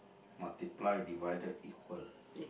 multiply divided equal